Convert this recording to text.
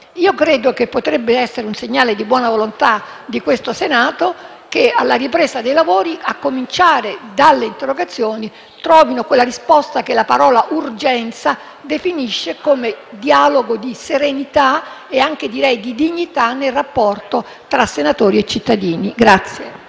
Credo che potrebbe essere un segnale di buona volontà del Senato che, alla ripresa dei lavori, si cominci proprio dalle interrogazioni, affinché trovino quella risposta che la parola urgenza definisce come dialogo di serenità e, direi, anche di dignità nel rapporto tra senatori e cittadini.